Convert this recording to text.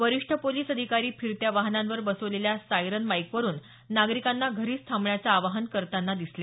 वरिष्ठ पोलीस अधिकारी फिरत्या वाहनांवर बसवलेल्या सायरन माईकवरून नागरिकांना घरीच थांबण्याचं आवाहन करताना दिसले